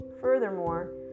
Furthermore